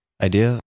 idea